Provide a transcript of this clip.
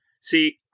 See